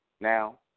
now